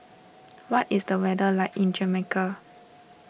what is the weather like in Jamaica